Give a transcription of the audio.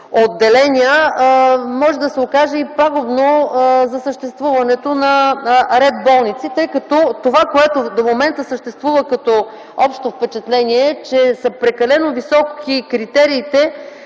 отделения, може да се окаже и пагубно за съществуването на ред болници, тъй като това, което до момента съществува като общо впечатление, е, че са прекалено високи критериите